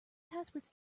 passwords